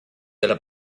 alla